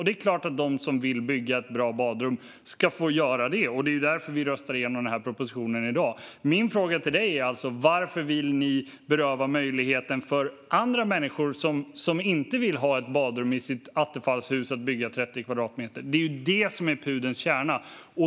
Det är klart att de som vill bygga ett bra badrum ska få göra det. Det är därför vi röstar igenom propositionen i dag. Min fråga till dig är: Varför vill ni beröva andra människor som inte vill ha ett badrum i sitt attefallshus möjligheten att bygga 30 kvadratmeter? Det är pudelns kärna.